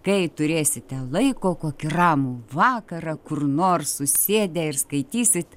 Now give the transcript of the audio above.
kai turėsite laiko kokį ramų vakarą kur nors susėdę ir skaitysit